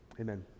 Amen